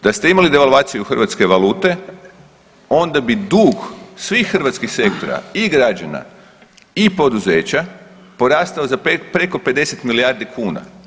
Da ste imali devalvaciju hrvatske valute onda bi dug svih hrvatskih sektora i građana i poduzeća porastao za preko 50 milijardi kuna.